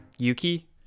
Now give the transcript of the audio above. yuki